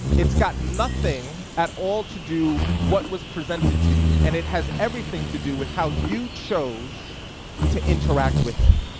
it's got nothing at all to do what was presented to you, and it has everything to do with how you chose to interact with it.